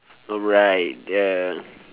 alright uh